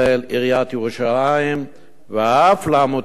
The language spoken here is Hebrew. עיריית ירושלים ואף לעמותת אלע"ד.